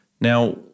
Now